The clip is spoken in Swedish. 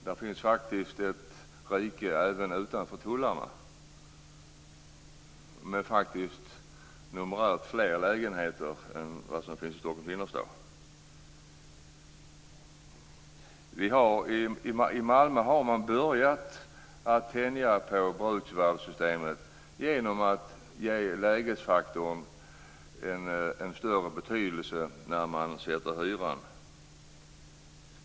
Det finns faktiskt ett rike även utanför tullarna, med numerärt fler lägenheter än som finns i Stockholms innerstad. I Malmö har man börjat tänja på bruksvärdessystemet genom att ge lägesfaktorn en större betydelse när man sätter hyran.